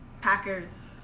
Packers